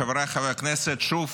חבריי חברי הכנסת, שוב